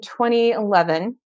2011